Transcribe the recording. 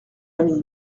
ami